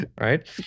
right